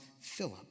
Philip